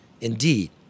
Indeed